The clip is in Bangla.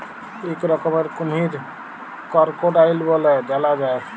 ইক রকমের কুমহির করকোডাইল ব্যলে জালা যায়